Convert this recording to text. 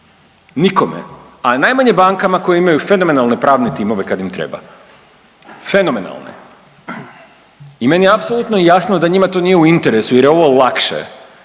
Nikome, a najmanje bankama koje imaju fenomenalne pravne timove kad im treba, fenomenalne. I meni je apsolutno jasno da njima to nije u interesu jer je ovo lakše.